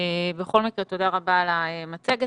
בכל מקרה, תודה רבה על המצגת.